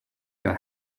your